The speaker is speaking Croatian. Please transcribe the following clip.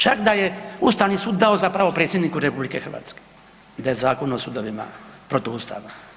Čak da je Ustavni sud dao za pravo predsjedniku RH i da je Zakon o sudovima protuustavan.